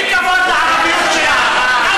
תני כבוד לערביות שלך.